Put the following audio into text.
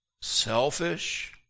Selfish